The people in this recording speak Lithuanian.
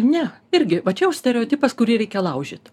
ne irgi va čia jau stereotipas kurį reikia laužyt